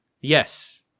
Yes